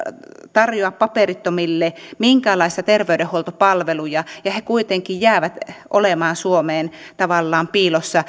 tarjoa paperittomille minkäänlaisia terveydenhuoltopalveluja ja he kuitenkin jäävät olemaan suomeen tavallaan piiloon